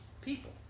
people